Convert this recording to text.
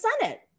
Senate